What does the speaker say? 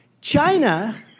China